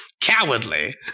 Cowardly